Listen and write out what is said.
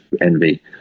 envy